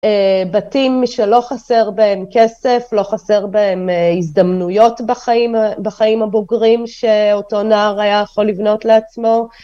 בתים שלא חסר בהם כסף, לא חסר בהם הזדמנויות בחיים הבוגרים שאותו נער היה יכול לבנות לעצמו.